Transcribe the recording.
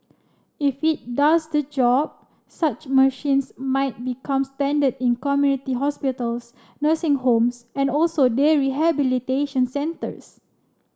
if it does the job such machines might become standard in community hospitals nursing homes and also day rehabilitation centres